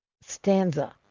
stanza